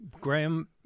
Graham